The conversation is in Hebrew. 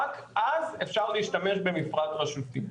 רק אז אפשר להשתמש במפרט רשותי.